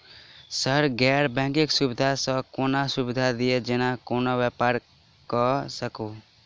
Sir गैर banking सुविधा सँ कोनों सुविधा दिए जेना कोनो व्यापार करऽ सकु?